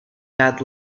bad